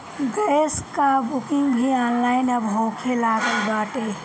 gas कअ booking भी online अब होखे लागल बाटे